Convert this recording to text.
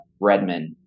Redman